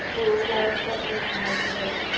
माल जाल सभ भसि गेलै